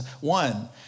one